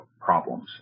problems